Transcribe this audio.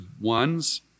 ones